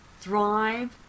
thrive